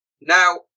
Now